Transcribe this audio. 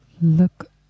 look